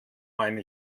meine